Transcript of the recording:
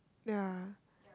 yeah